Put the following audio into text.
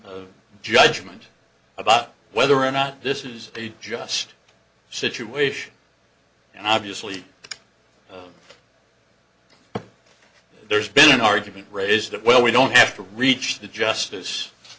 judgment about whether or not this is a just situation and obviously there's been an argument raised that well we don't have to reach the justice